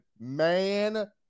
man